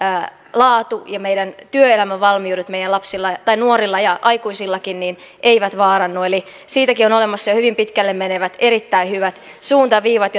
laatu ja työelämävalmiudet meidän nuorilla ja aikuisillakin eivät vaarannu siitäkin on olemassa jo hyvin pitkälle menevät erittäin hyvät suuntaviivat